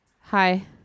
Hi